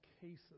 cases